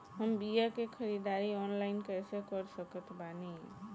हम बीया के ख़रीदारी ऑनलाइन कैसे कर सकत बानी?